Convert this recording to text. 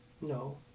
No